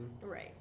Right